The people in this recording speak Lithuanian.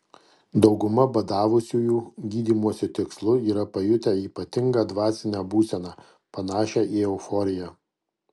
dauguma badavusiųjų gydymosi tikslu yra pajutę ypatingą dvasinę būseną panašią į euforiją